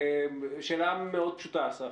שאלה מאוד פשוטה, אסף.